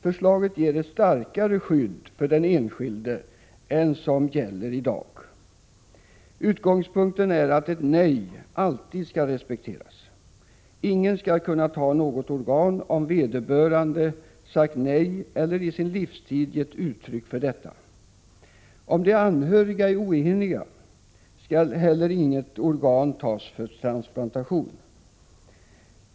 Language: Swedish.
Förslaget ger ett starkare skydd för den enskilde än vad som gäller i dag. Utgångspunkten är att ett nej alltid skall respekteras. Ingen skall kunna ta något organ, om vederbörande sagt nej eller i sin livstid gett uttryck för detta. Om de anhöriga är oeniga, skall heller inget organ tas för transplantation.